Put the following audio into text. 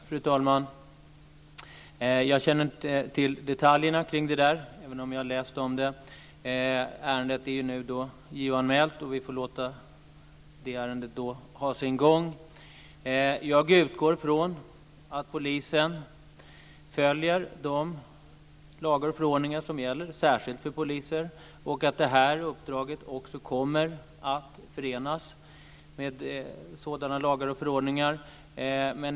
Fru talman! Jag känner inte till detaljerna kring det där, även om jag har läst om det. Ärendet är JO anmält, och vi får låta ärendet ha sin gång. Jag utgår från att polisen följer de lagar och förordningar som gäller särskilt för poliser och att det här uppdraget också kommer att förenas med sådana lagar och förordningar.